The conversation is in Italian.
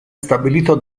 stabilito